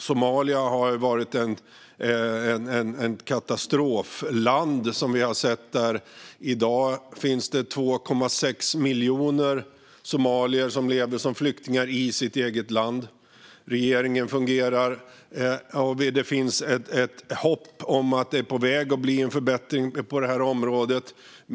Somalia har varit ett katastrofland. I dag finns det 2,6 miljoner somalier som lever som flyktingar i sitt eget land. Regeringen fungerar, och det finns ett hopp om att det är på väg att bli en förbättring på detta område.